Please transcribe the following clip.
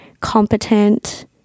competent